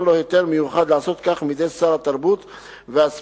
לו היתר מיוחד לעשות כן מידי שר התרבות והספורט,